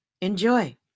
enjoy